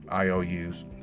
IOUs